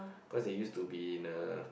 cause they used to be in a